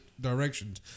directions